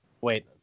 Wait